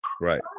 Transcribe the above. Right